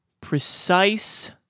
precise